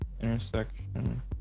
intersection